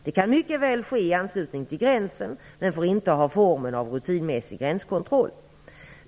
Det kan mycket väl ske i anslutning till gränsen men får inte ha formen av rutinmässig gränskontroll.